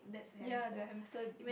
ya the Hamson